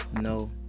no